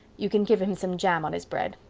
you can give him some jam on his bread,